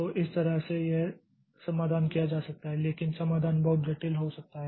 तो इस तरह से यह समाधान किया जा सकता है लेकिन समाधान बहुत जटिल हो जाता है